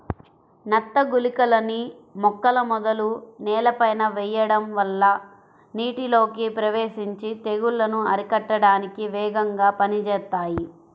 నత్త గుళికలని మొక్కల మొదలు నేలపైన వెయ్యడం వల్ల నీటిలోకి ప్రవేశించి తెగుల్లను అరికట్టడానికి వేగంగా పనిజేత్తాయి